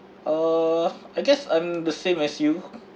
uh I guess I'm the same as you